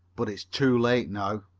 but it's too late now.